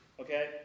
Okay